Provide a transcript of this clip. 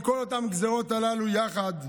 מכל אותן גזרות הללו יחד,